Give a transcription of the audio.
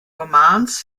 romans